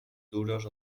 duros